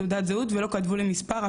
תעודת זהות ולא כתבו לי מספר,